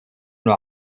nur